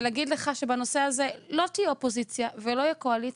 אני אגיד לך שבנושא הזה לא תהיה אופוזיציה ולא תהיה קואליציה,